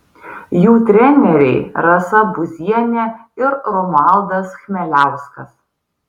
jų treneriai rasa buzienė ir romualdas chmeliauskas